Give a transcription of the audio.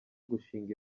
gushinga